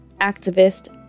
activist